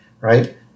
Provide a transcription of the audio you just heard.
right